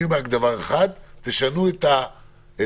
אני רק אומר דבר אחד: תשנו את הדיסק.